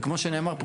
וכמו שנאמר פה,